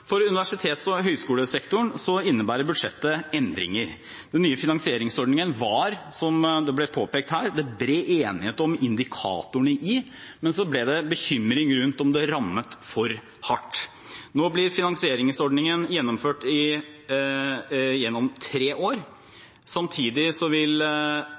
For universitets- og høyskolesektoren innebærer budsjettet endringer. Den nye finansieringsordningen var det – som det ble påpekt her – bred enighet om indikatorene i, men det ble bekymring rundt om det rammet for hardt. Nå blir finansieringsordningen gjennomført gjennom tre år. Samtidig vil